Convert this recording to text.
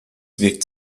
wirkt